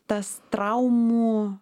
tas traumų